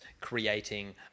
creating